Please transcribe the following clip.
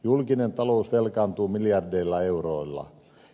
julkinen talous velkaantuu miljardeilla euroilla